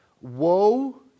Woe